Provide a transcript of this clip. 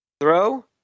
Throw